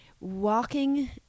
walking